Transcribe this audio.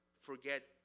forget